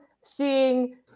seeing